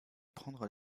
prendre